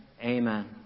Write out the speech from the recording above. Amen